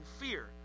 fear